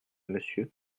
monsieur